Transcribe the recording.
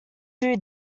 two